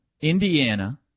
Indiana